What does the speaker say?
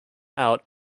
out